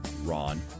Ron